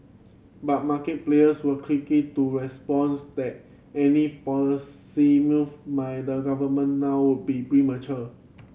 but market players were quickly to response that any policy move might the government now would be premature